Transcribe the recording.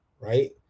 right